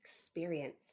experience